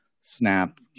Snap